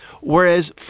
Whereas